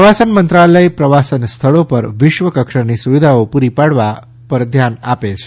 પ્રવાસ મંત્રાલય પ્રવાસન સ્થળી પર વિશ્વ કક્ષાની સુવિધાઓ પૂરી પાડવા પર ધ્યાન આપે છે